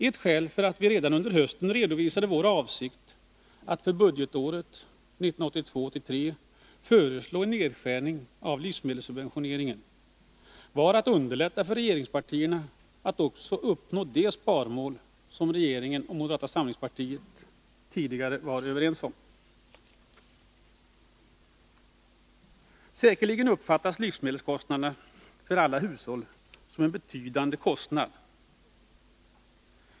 Ett skäl för att vi redan under hösten redovisade vår avsikt att för budgetåret 1982/83 föreslå en nedskärning av livsmedelssubventioneringen var att underlätta för regeringspartierna att också uppnå de sparmål som regeringen och moderata samlingspartiet tidigare var överens om. Säkerligen uppfattas livsmedelskostnaderna för alla hushåll som en betydande kostnad i hushållsbudgeten.